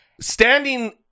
standing